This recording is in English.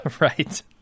Right